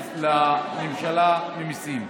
אדוני היושב-ראש, עקב אובדן הכנסות לממשלה ממיסים.